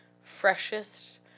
freshest